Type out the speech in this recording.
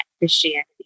Christianity